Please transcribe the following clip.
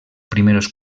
primeros